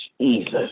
Jesus